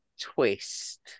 twist